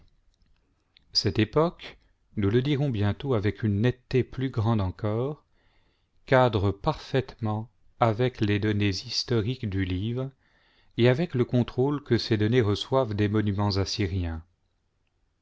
cette époque nous le dirons bientôt avec une netteté plus grande encore cadre parfaitement avec les données historiques du livre et avec le contrôle que ces données reçoivent des monuments assyriens